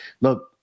Look